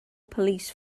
police